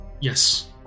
Yes